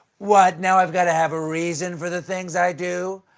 what, now i've got to have a reason for the things i do?